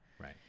right